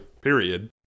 Period